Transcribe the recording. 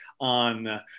on